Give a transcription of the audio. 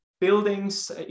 buildings